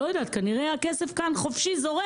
לא יודעת, כנראה שהכסף כאן זורם חופשי.